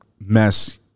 mess